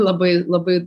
labai labai